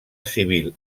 civil